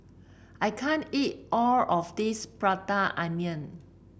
I can't eat all of this Prata Onion